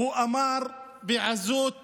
הוא אמר בעזות מצח: